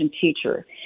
teacher